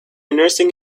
nursing